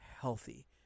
healthy